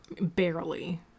Barely